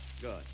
Good